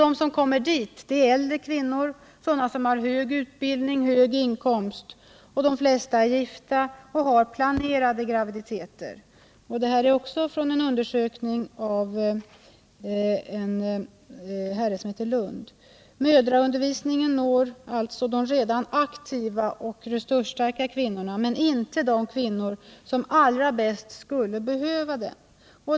De som kommer dit är äldre kvinnor, kvinnor som har hög utbildning och hög inkomst, och de flesta är gifta och har planerade graviditeter — detta enligt en undersökning av W. Lundh. Mödraundervisningen når alltså de redan aktiva och resursstarka kvinnorna men inte de kvinnor som allra bäst skulle behöva den.